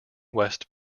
west